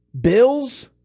Bills